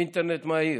אינטרנט מהיר,